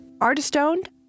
Artist-owned